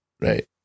Right